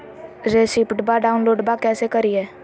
रेसिप्टबा डाउनलोडबा कैसे करिए?